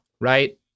right